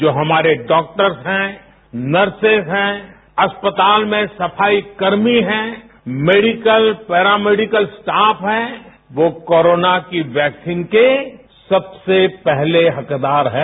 जो हमारे डाक्टर्स हैं नर्सिस हैं अस्पताल में सफाई कर्मी हैं मेडिकल पेरामैडिकल स्टॉफ हैं वो कोरोना की वैक्सीन के सबसे पहले हकदार हैं